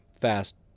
fast